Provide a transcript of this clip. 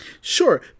Sure